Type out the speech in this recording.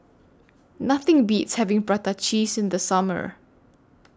Nothing Beats having Prata Cheese in The Summer